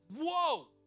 whoa